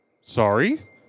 sorry